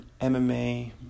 MMA